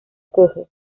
cojo